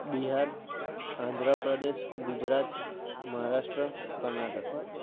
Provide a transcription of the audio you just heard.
Bihar Andhra Pradesh Gujarat Maharashtra Karnataka